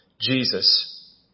Jesus